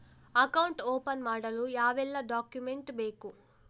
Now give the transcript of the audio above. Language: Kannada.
ಅಕೌಂಟ್ ಓಪನ್ ಮಾಡಲು ಯಾವೆಲ್ಲ ಡಾಕ್ಯುಮೆಂಟ್ ಬೇಕು?